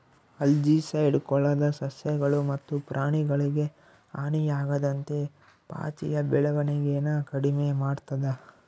algicide ಕೊಳದ ಸಸ್ಯಗಳು ಮತ್ತು ಪ್ರಾಣಿಗಳಿಗೆ ಹಾನಿಯಾಗದಂತೆ ಪಾಚಿಯ ಬೆಳವಣಿಗೆನ ಕಡಿಮೆ ಮಾಡ್ತದ